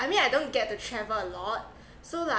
I mean I don't get to travel a lot so like